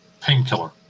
painkiller